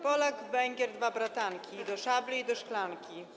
Polak, Węgier, dwa bratanki, i do szabli, i do szklanki.